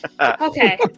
Okay